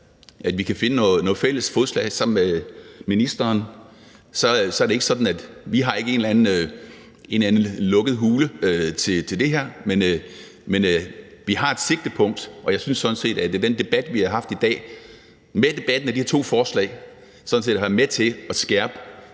at vi kan finde noget fælles fodslag sammen med ministeren, er det ikke sådan, at vi har en eller anden lukket hule til det her, men vi har et sigtepunkt, og jeg synes sådan set, at debatten om de her to forslag sådan set har været med til at skærpe,